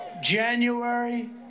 January